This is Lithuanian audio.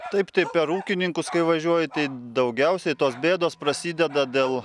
taip tai per ūkininkus kai važiuoju tai daugiausiai tos bėdos prasideda dėl